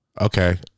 Okay